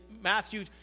Matthew